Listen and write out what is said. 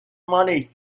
money